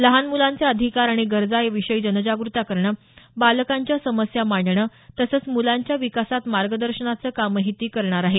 लहान मुलांचे अधिकार आणि गरजा याविषयी जागरुकता करणं बालकांच्या समस्या मांडणं तसंच मूलांच्या विकासात मार्गदर्शनाचं कामही ती करणार आहे